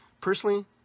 Personally